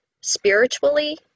spiritually